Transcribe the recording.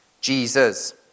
Jesus